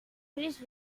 chris